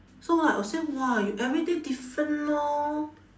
so what I say !wah! you everyday different orh